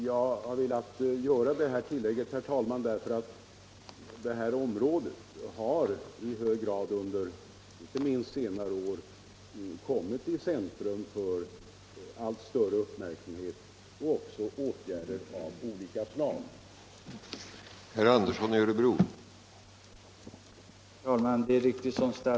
« Jag har velat göra det här tillägget, herr talman, därför att detta område har rönt allt större uppmärksamhet, och åtgärder av olika slag har också vidtagits.